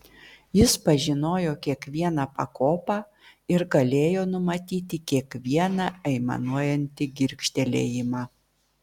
jis pažinojo kiekvieną pakopą ir galėjo numatyti kiekvieną aimanuojantį girgžtelėjimą